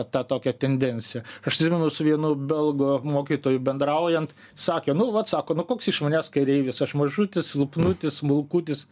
tą tokią tendenciją aš atsimenu su vienu belgu mokytoju bendraujant sakė nu vat sako nu koks iš manęs kareivis aš mažutis silpnutis smulkutis